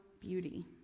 beauty